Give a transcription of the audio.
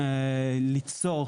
שיוכלו ליצור